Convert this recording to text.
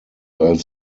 als